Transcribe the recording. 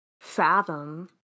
fathom